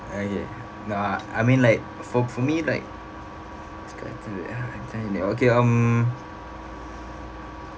okay no I mean like for for me like describe a time okay mm